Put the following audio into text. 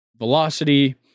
velocity